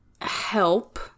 Help